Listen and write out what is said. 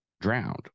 drowned